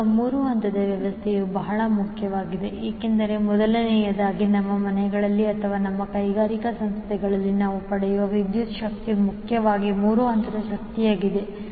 ಈಗ 3 ಹಂತದ ವ್ಯವಸ್ಥೆಯು ಬಹಳ ಮುಖ್ಯವಾಗಿದೆ ಏಕೆಂದರೆ ಮೊದಲನೆಯದಾಗಿ ನಮ್ಮ ಮನೆಗಳಲ್ಲಿ ಅಥವಾ ನಮ್ಮ ಕೈಗಾರಿಕಾ ಸಂಸ್ಥೆಗಳಲ್ಲಿ ನಾವು ಪಡೆಯುವ ವಿದ್ಯುತ್ ಶಕ್ತಿ ಮುಖ್ಯವಾಗಿ 3 ಹಂತದ ಶಕ್ತಿಯಾಗಿದೆ